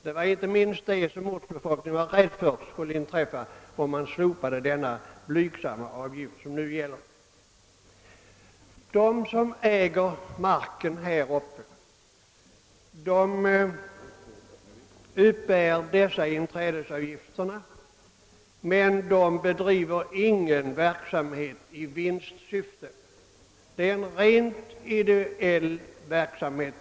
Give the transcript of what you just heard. Det var inte minst detta som ortsbefolkningen befarade om man slopade den blygsamma avgift som nu gäller. De som äger marken här uppe uppbär inträdesavgifterna men bedriver ingen verksamhet i vinstsyfte. Det är fråga om en rent ideell verksamhet.